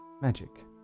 magic